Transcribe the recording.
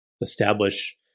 establish